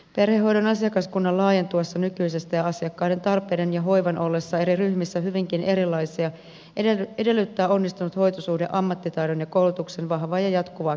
perhehoidon asiakaskunnan laajentuessa nykyisestä ja asiakkaiden tarpeiden ja hoivan ollessa eri ryhmissä hyvinkin erilaisia edellyttää onnistunut hoitosuhde ammattitaidon ja koulutuksen vahvaa ja jatkuvaa kehittämistä